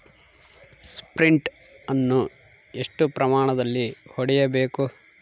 Sprint ಅನ್ನು ಎಷ್ಟು ಪ್ರಮಾಣದಲ್ಲಿ ಹೊಡೆಯಬೇಕು?